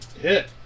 Hit